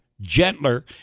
gentler